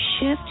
shift